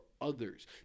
others